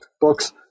books